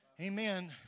Amen